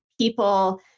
people